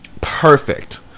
perfect